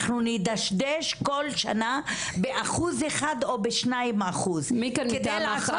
אנחנו נדשדש כל שנה באחוז אחד או ב 2%. כדי לעשות